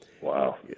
Wow